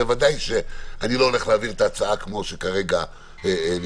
וודאי שאני לא הולך להעביר את ההצעה כמו שכרגע היא נמצאת,